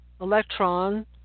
electron